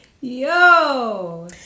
Yo